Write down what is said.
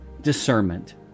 discernment